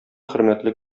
хөрмәтле